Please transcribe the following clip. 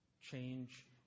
Change